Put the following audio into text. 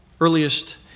earliest